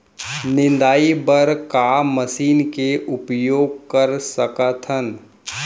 निंदाई बर का मशीन के उपयोग कर सकथन?